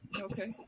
okay